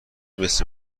مثل